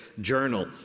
journal